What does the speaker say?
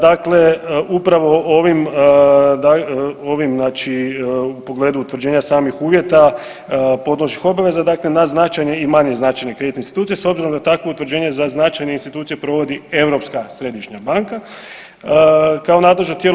Dakle, upravo ovim, ovim znači u pogledu utvrđenja samih uvjeta …/nerazumljivo/… obaveza dakle na značajne i manje značajne kreditne institucije s obzirom da takvo utvrđenje za značajne institucije provodi Europska središnja banka kao nadležno tijelo.